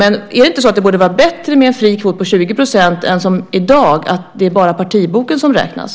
Borde det inte vara bättre med en fri kvot på 20 % än, som i dag, att det bara är partiboken som räknas?